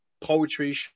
poetry